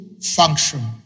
function